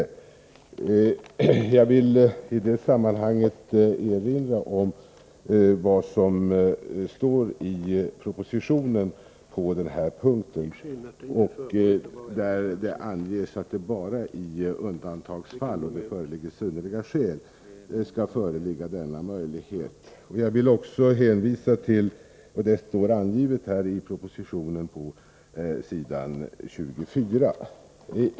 Jag vill i det sammanhanget erinra om vad som står i propositionen s. 112 på den här punkten. Där anges att möjligheten att ta i förvar skall finnas bara i undantagsfall och när det föreligger synnerliga skäl.